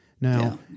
Now